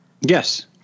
Yes